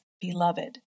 beloved